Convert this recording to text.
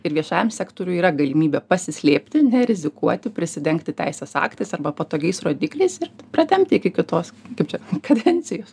ir viešajam sektoriui yra galimybė pasislėpti nerizikuoti prisidengti teisės aktais arba patogiais rodikliais ir pratempti iki kitos kaip čia kadencijos